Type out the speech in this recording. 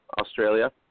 Australia